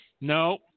No